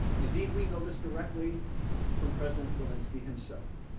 indeed we know this directly from president zelensky himself.